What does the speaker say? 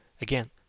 Again